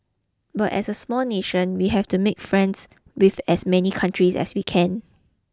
but as a small nation we have to make friends with as many countries as we can